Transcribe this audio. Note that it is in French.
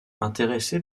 intéressé